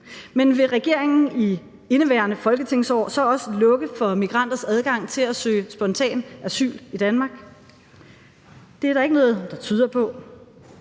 men vil regeringen i indeværende folketingsår så også lukke for migranters adgang til at søge spontant asyl i Danmark? Det er der ikke noget der tyder på.